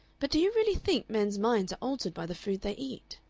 but do you really think men's minds are altered by the food they eat?